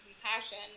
compassion –